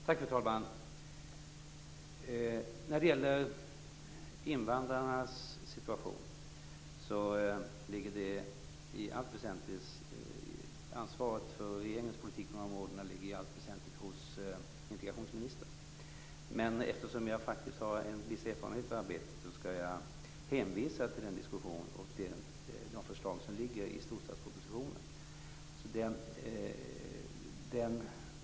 Fru talman! När det gäller invandrarnas situation ligger ansvaret för regeringens politik i allt väsentligt hos integrationsministern. Men eftersom jag faktiskt har en viss erfarenhet av detta arbete skall jag hänvisa till den diskussion och de förslag som ligger i storstadspropositionen.